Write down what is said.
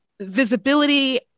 visibility